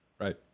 Right